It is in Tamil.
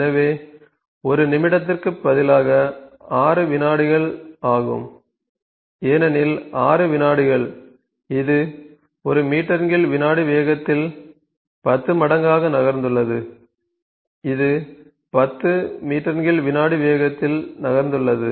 எனவே 1 நிமிடத்திற்கு பதிலாக 6 வினாடிகள் ஆகும் ஏனெனில் 6 வினாடிகள் இது 1 மீ வி வேகத்தில் 10 மடங்காக நகர்ந்துள்ளது இது 10 மீ வி வேகத்தில் நகர்ந்துள்ளது